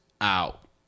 out